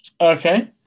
okay